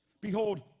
Behold